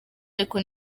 ariko